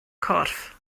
corff